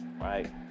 right